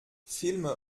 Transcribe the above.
filme